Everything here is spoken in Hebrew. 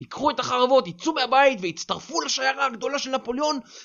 יקחו את החרבות, יצאו מהבית ויצטרפו לשיירה הגדולה של נפוליון